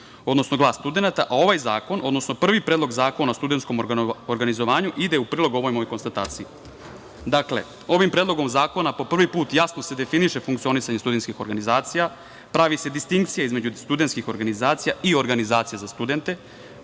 odnosno glas studenata, a ovaj zakon, odnosno prvi predlog zakona o studentskom organizovanju, ide u prilog ovoj mojoj konstataciji. Dakle, ovim predlogom zakona prvi put jasno se definiše funkcionisanje studentskih organizacija, pravi se distinkcija između studentskih organizacija i organizacija za studente,